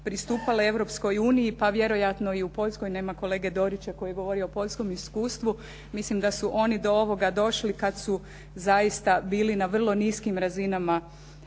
pristupale Europskoj uniji, pa vjerojatno i u Poljskoj. Nema kolege Dorića koji je govorio o poljskom iskustvu. Mislim da su oni do ovoga došli kad su zaista bili na vrlo niskim razinama